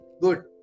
good